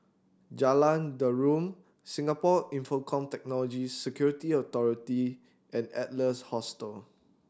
Jalan Derum Singapore Infocomm Technology Security Authority and Adler's Hostel